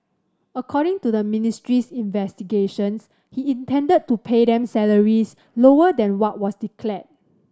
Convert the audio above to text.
according to the ministry's investigations he intended to pay them salaries lower than what was declared